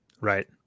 right